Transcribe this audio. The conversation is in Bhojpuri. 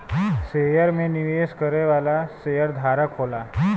शेयर में निवेश करे वाला शेयरधारक होला